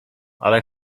ale